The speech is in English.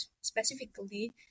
specifically